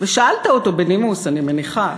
ושאלת אותו בנימוס, אני מניחה,